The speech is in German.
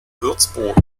würzburg